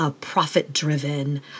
profit-driven